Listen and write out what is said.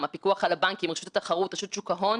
שלא הצליחה להתמודד עם הכשלים בזמן אמת ולא הייתה